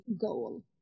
goal